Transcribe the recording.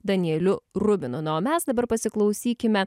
danieliu rubinu na o mes dabar pasiklausykime